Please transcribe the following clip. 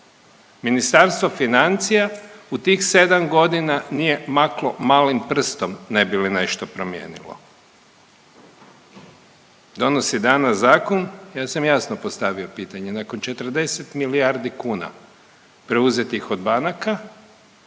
Ministarstvo financija u tih 7 godina nije maklo malim prstom, ne bi li nešto promijenilo. Donosi danas zakon, ja sam jasno postavio pitanje. Nakon 40 milijardi kuna preuzetih od banaka